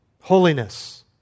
Holiness